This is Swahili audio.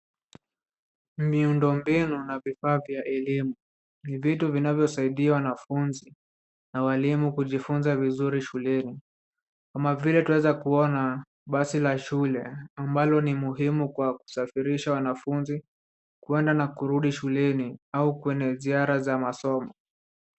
Miundombinu na vifaa vya elimu. Ni vitu vinavyosaidia wanafunzi na walimu kujifunza vizuri shuleni, kama vile tunaweza kuona basi la shule ambalo ni muhimu kwa kusafirisha wanafunzi kuenda na kurudi shuleni au kwenye ziara za masomo.